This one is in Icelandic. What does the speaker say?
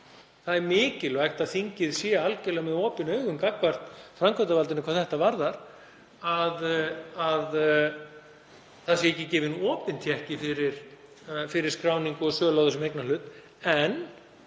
Það er mikilvægt að þingið sé algjörlega með opin augun gagnvart framkvæmdarvaldinu hvað þetta varðar, að ekki sé gefinn opinn tékki fyrir skráningu eða sölu á þessum eignarhlut.